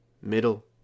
middle